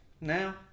now